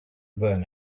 burn